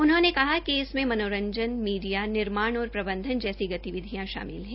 उन्होंने कहा कि इसमें मनोरज़न मीडिया निर्माण और प्रबंधन जैसी गतिविधियां शामिल है